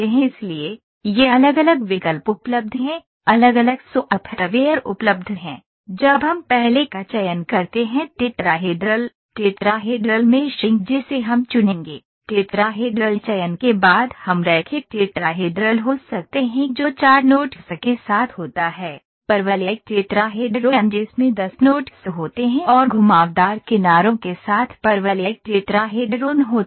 इसलिए ये अलग अलग विकल्प उपलब्ध हैं अलग अलग सॉफ्टवेयर उपलब्ध हैं जब हम पहले का चयन करते हैं टेट्राहेड्रल टेट्राहेड्रल मेशिंग जिसे हम चुनेंगे टेट्राहेड्रल चयन के बाद हम रैखिक टेट्राहेड्रल हो सकते हैं जो चार नोड्स के साथ होता है परवलयिक टेट्राहेड्रॉन जिसमें 10 नोड्स होते हैं और घुमावदार किनारों के साथ परवलयिक टेट्राहेड्रोन होते हैं